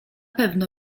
pewno